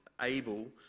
able